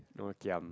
no giam